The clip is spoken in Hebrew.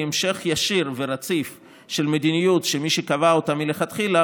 המשך ישיר ורציף של מדיניות שמי שקבע אותה מלכתחילה